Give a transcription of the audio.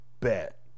bet